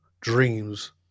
dreams